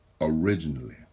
originally